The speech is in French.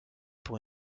pour